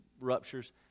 ruptures